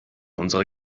unsere